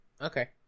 okay